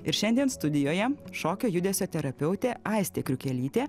ir šiandien studijoje šokio judesio terapeutė aistė kriukelytė